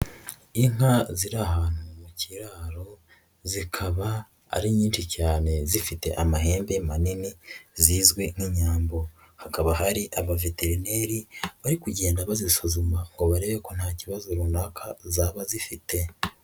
Inka ziri ahantu mu kiraro, zikaba ari nyinshi cyane zifite amahembe manini, zizwi nk'inyambo, hakaba hari abajeteneri bari kugenda bazisuzuma ngo barebe ko nta kibazo runaka zaba zifite.